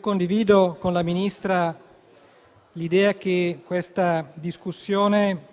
Condivido con la Ministra l'idea che questa discussione